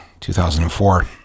2004